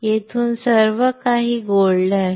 येथून सर्व काही सोने आहे